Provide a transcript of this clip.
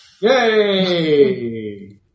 Yay